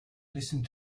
listened